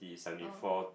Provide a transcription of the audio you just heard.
oh